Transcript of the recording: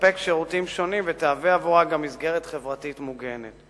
שתספק שירותים שונים ותהיה עבורם גם מסגרת חברתית מוגנת.